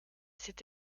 cet